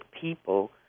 people